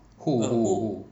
who who who